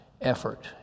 effort